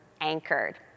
anchored